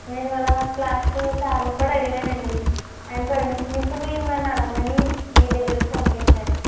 నేను వాళ్ళ క్లాసు సార్ని కూడా అడిగాను అండి ఆయన పర్మిషన్ ఇచ్చి మిమ్మల్ని అడగమని మీ దగ్గరకు పంపించారు అండి